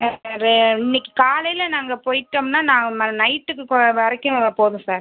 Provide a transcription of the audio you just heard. அது இன்னைக்கு காலையில் நாங்கள் போய்ட்டோம்னா நா ம நைட்டுக்கு கோ வரைக்கும் போதும் சார்